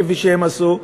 כפי שהם עשו,